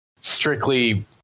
strictly